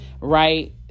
right